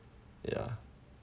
ya